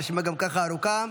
הרשימה גם ככה הארוכה.